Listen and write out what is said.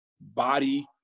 body